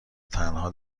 تنها